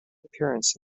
appearance